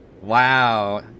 Wow